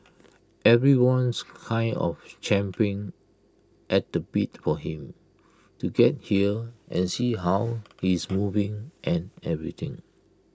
everyone's kind of champing at the bit for him to get here and see how he's moving and everything